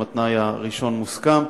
אם התנאי הראשון מוסכם.